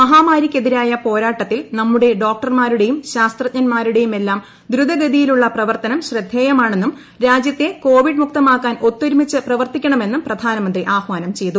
മഹാമാരിയ്ക്കെതിരായ പോരാട്ടത്തിൽ നമ്മുടെ ഡോക്ടർമാരുടെയും ശാസ്ത്രജ്ഞൻമാരുടെയുമെല്ലാം ദ്രുതഗതിയിലുള്ള പ്രവർത്തനം ശ്രദ്ധേയമാണെന്നും രാജ്യത്തെ കോവിഡ് മുക്തമാക്കാൻ ഒത്തൊരുമിച്ച് പ്രവർത്തിക്കണമെന്നും പ്രധാനമന്ത്രി ആഹ്വാനം ചെയ്തു